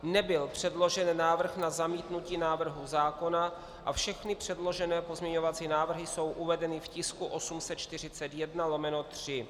Nebyl předložen návrh na zamítnutí návrhu zákona a všechny předložené pozměňovací návrhy jsou uvedeny v tisku 841/3.